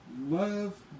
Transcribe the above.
Love